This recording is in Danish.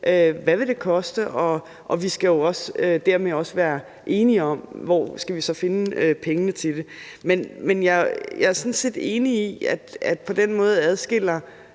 hvad det vil koste, og vi skal jo dermed også være enige om, hvor vi så skal finde pengene til det. Jeg er sådan set enig i, at på den måde adskiller